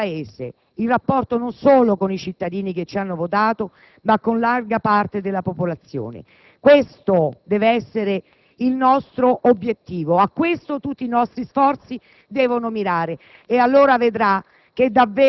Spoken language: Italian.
con il Paese, il rapporto non solo con i cittadini che ci hanno votato ma con larga parte della popolazione. Questo deve essere il nostro obiettivo. A questo tutti i nostri sforzi devono mirare. E allora vedrà